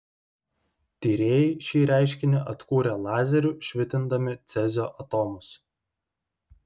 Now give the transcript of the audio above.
tyrėjai šį reiškinį atkūrė lazeriu švitindami cezio atomus